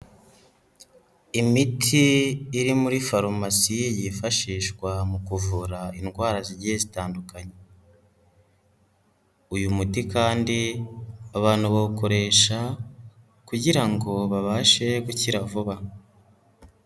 Imiti iri muri farumasi yifashishwa mu kuvura indwara zigiye zitandukanye, uyu muti kandi abantu bawukoresha kugira ngo babashe gukira vuba.